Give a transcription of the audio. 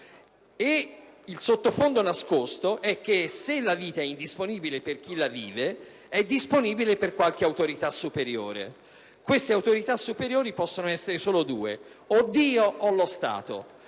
e il sottofondo nascosto è che, se la vita è indisponibile per chi la vive, è disponibile per qualche autorità superiore. Queste autorità superiori possono essere solo due: o Dio o lo Stato.